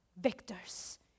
victors